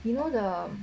you know the